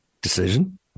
decision